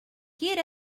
get